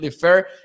fair